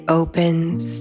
opens